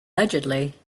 allegedly